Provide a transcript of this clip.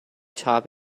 top